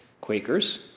Quakers